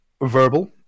verbal